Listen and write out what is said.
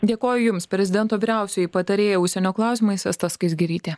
dėkoju jums prezidento vyriausioji patarėja užsienio klausimais asta skaisgirytė